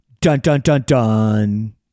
dun-dun-dun-dun